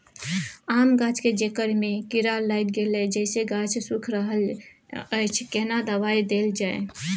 आम गाछ के जेकर में कीरा लाईग गेल जेसे गाछ सुइख रहल अएछ केना दवाई देल जाए?